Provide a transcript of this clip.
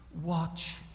Watch